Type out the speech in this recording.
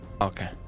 okay